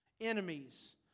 enemies